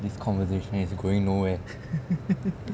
this conversation is going no where